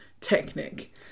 Technic